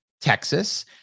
Texas